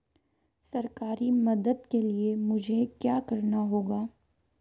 सरकारी मदद के लिए मुझे क्या करना होगा?